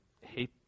hate